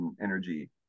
energy